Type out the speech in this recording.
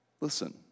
Listen